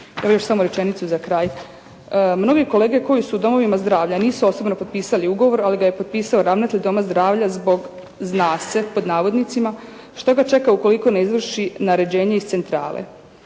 Evo, još samo rečenicu za kraj. “Mnogi kolege koji su u domovima zdravlja nisu osobno potpisali ugovor, ali ga je potpisao ravnatelj doma zdravlja zbog zna se pod navodnicima što ga čeka ukoliko ne izvrši naređenje iz centrale.